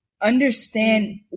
Understand